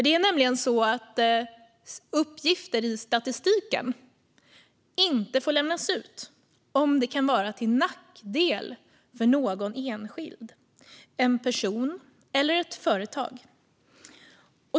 Det är nämligen så att uppgifter i statistiken inte får lämnas ut om det kan vara till nackdel för någon enskild. Det kan vara en person eller ett företag.